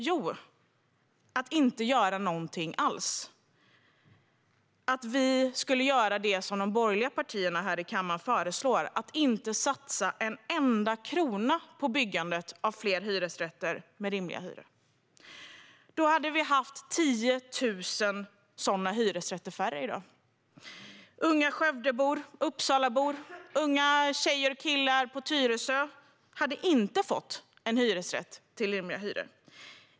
Jo, att inte göra någonting alls - att vi skulle göra det de borgerliga partierna i kammaren föreslår, nämligen att inte satsa en enda krona på byggandet av fler hyresrätter med rimliga hyror. Då hade det varit 10 000 sådana hyresrätter färre i dag. Unga Skövdebor och Uppsalabor, unga tjejer och killar i Tyresö hade inte fått en hyresrätt till rimliga hyror.